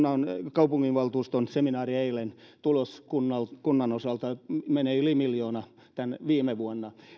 kaupunginvaltuuston seminaari eilen tulos kunnan kunnan osalta meni yli miljoonan viime vuonna